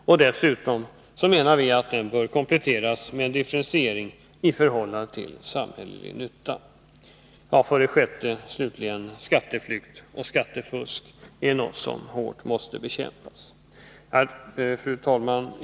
Dessutom menar vi att den bör kompletteras med en differentiering i förhållande till samhällelig nytta. 6. Skatteflykt och skattefusk är något som måste bekämpas hårt. Fru talman!